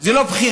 זו לא בחירה.